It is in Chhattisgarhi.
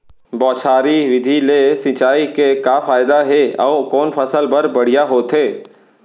बौछारी विधि ले सिंचाई के का फायदा हे अऊ कोन फसल बर बढ़िया होथे?